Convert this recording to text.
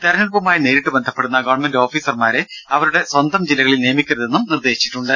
തിരഞ്ഞെടുപ്പുമായി നേരിട്ട് ബന്ധപ്പെടുന്ന ഗവൺമെന്റ് ഓഫീസർമാരെ അവരുടെ സ്വന്തം ജില്ലകളിൽ നിയമിക്കരുതെന്നും നിർദ്ദേശിച്ചിട്ടുണ്ട്